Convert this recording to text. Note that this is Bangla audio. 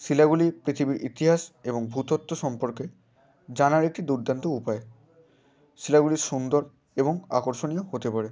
শিলাগুলি পৃথিবীর ইতিহাস এবং ভূতত্ত্ব সম্পর্কে জানার একটি দুর্দান্ত উপায় শিলাগুলি সুন্দর এবং আকর্ষণীয় হতে পারে